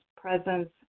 presence